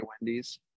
Wendy's